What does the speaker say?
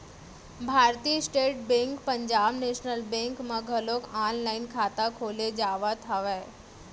भारतीय state bank Punjab national bank म घलोक ऑनलाईन खाता खोले जावत हवय